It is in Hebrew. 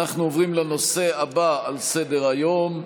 אנחנו עוברים לנושא הבא על סדר-היום,